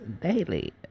daily